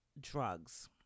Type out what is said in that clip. drugs